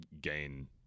gain